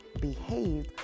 behave